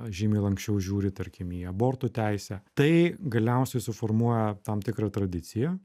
žymiai lanksčiau žiūri tarkim į abortų teisę tai galiausiai suformuoja tam tikrą tradiciją